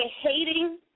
hating